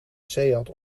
seat